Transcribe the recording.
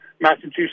Massachusetts